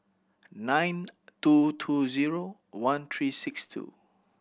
nine two two zero one three six two